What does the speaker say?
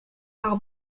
par